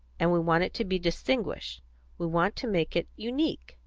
and we want it to be distinguished we want to make it unique.